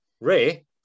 Ray